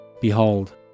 Behold